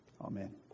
Amen